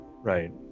right